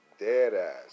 Deadass